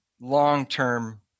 long-term